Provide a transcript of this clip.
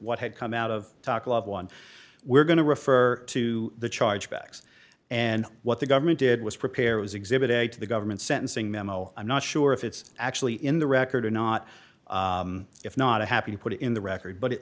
what had come out of talk love one we're going to refer to the charge backs and what the government did was prepare was exhibited a to the government sentencing memo i'm not sure if it's actually in the record or not if not a happy to put it in the record but it